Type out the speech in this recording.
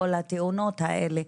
כל התאונות האלה.